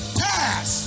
pass